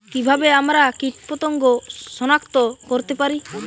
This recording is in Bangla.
কিভাবে আমরা কীটপতঙ্গ সনাক্ত করতে পারি?